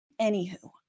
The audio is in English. Anywho